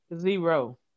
Zero